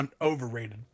Overrated